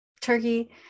turkey